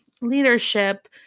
leadership